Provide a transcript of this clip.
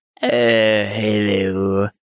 Hello